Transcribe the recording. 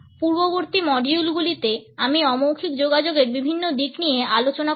পূর্ববর্তী মডিউলগুলিতে আমি অমৌখিক যোগাযোগের বিভিন্ন দিক নিয়ে আলোচনা করেছি